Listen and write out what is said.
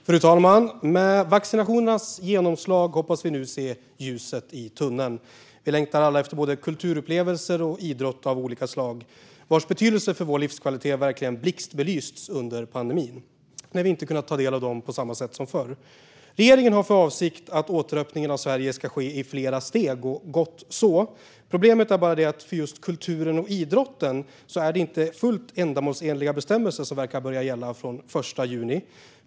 Fru talman! Med vaccinationernas genomslag hoppas vi nu se ljuset i tunneln. Vi längtar alla efter både kulturupplevelser och idrott av olika slag, vars betydelse för vår livskvalitet verkligen har blixtbelysts under pandemin när vi inte har kunnat ta del av dem på samma sätt som förr. Regeringen har för avsikt att låta återöppningen av Sverige ske i flera steg, och det är gott så. Problemet är bara att det för just kulturen och idrotten inte verkar vara fullt ändamålsenliga bestämmelser som börjar gälla från den 1 juni.